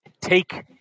take